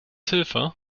zilver